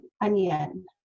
onion